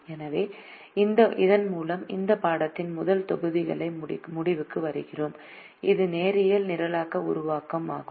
எனவே இதன் மூலம் இந்த பாடத்தின் முதல் தொகுதியின் முடிவுக்கு வருகிறோம் இது நேரியல் நிரலாக்க உருவாக்கம் ஆகும்